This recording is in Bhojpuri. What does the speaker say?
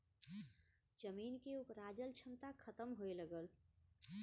जमीन के उपराजल क्षमता खतम होए लगल